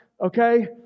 okay